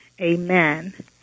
Amen